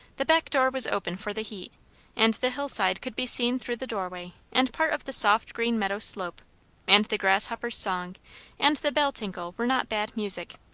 the back door was open for the heat and the hill-side could be seen through the doorway and part of the soft green meadow slope and the grasshopper's song and the bell tinkle were not bad music.